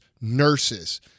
nurses